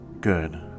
good